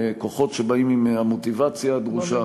בכוחות שבאים עם המוטיבציה הדרושה,